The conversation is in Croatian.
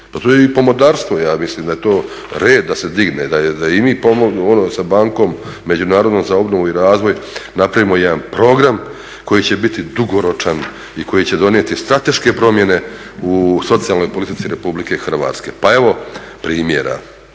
Pa to je i pomodarstvo, ja mislim da je to red da se digne, da i mi ono sa bankom međunarodnom za obnovu i razvoj napravimo jedan program koji će biti dugoročan i koji će donijeti strateške promjene u socijalnoj politici Republike Hrvatske. Pa evo primjera.